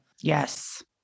Yes